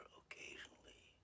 occasionally